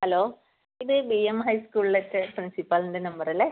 hello ഇത് B M high സ്കൂളിലെ പ്രിൻസിപ്പാളിൻ്റെ നമ്പർ അല്ലേ